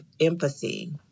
empathy